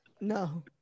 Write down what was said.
No